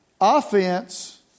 Offense